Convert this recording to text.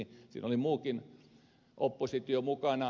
siinä oli muukin oppositio mukana